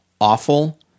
awful